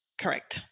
Correct